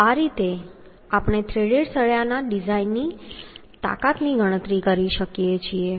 તો આ રીતે આપણે થ્રેડેડ સળિયાની ડિઝાઇન તાકાતની ગણતરી કરી શકીએ છીએ